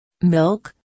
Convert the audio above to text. Milk